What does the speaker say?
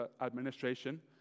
administration